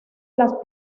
las